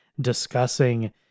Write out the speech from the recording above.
Discussing